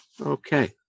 okay